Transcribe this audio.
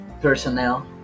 personnel